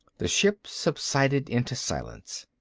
the ship subsided into silence.